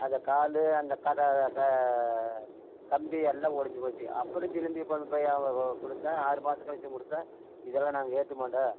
அந்த காலு அந்த கடை கா கம்பி எல்லாம் ஒடுஞ்சு போச்சு அப்புறம் திரும்பியும் கொண்டு போய் கொடுத்தா ஆறு மாசம் கழிச்சியும் கொடுத்தா இதெல்லாம் நாங்கள் ஏற்றுக்க மாட்டோம்